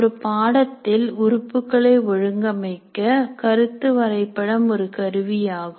ஒரு பாடத்தில் உறுப்புகளை ஒழுங்கமைக்க கருத்து வரைபடம் ஒரு கருவியாகும்